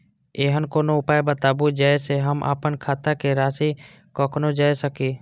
ऐहन कोनो उपाय बताबु जै से हम आपन खाता के राशी कखनो जै सकी?